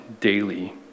daily